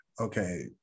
okay